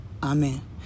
Amen